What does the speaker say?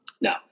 No